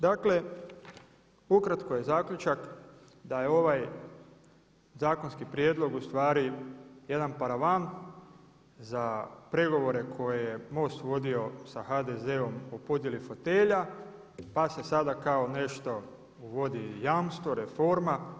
Dakle ukratko je zaključak da je ovaj zakonski prijedlog ustvari jedan paravan za pregovore koje je MOST vodio sa HDZ-om o podjeli fotelja pa se sada kao nešto uvodi jamstvo, reforma.